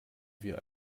wir